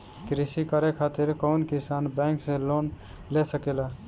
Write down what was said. कृषी करे खातिर कउन किसान बैंक से लोन ले सकेला?